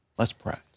let's pray.